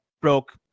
broke